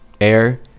air